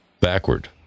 Backward